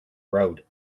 road